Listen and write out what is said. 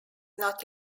not